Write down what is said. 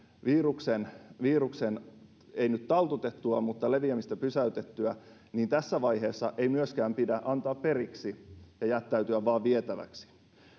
viruksen viruksen ei nyt taltutettua mutta leviämistä pysäytettyä niin tässä vaiheessa ei myöskään pidä antaa periksi ja jättäytyä vain vietäväksi